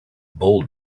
bold